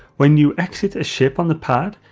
when you exit a ship on the pad,